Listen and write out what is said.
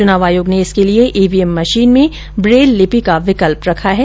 चुनाव आयोग ने इसके लिए ईवीएम मशीन में ब्रेल लिपि का विकल्प रखा है